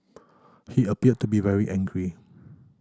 he appeared to be very angry